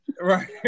Right